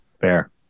Fair